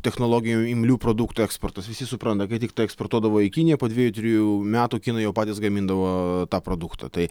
technologijų imlių produktų eksportas visi supranta kad tiktai eksportuodavo į kiniją po dvejų trejų metų kinai jau patys gamindavo tą produktą tai